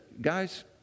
guys